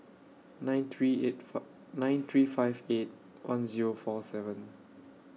nine three eight four nine three five eight one Zero four seven